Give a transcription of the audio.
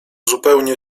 zupełnie